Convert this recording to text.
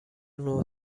نوع